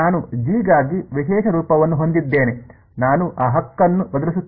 ನಾನು ಜಿ ಗಾಗಿ ವಿಶೇಷ ರೂಪವನ್ನು ಹೊಂದಿದ್ದೇನೆ ನಾನು ಆ ಹಕ್ಕನ್ನು ಬದಲಿಸುತ್ತೇನೆ